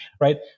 Right